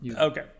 Okay